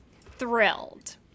thrilled